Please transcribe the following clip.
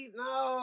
no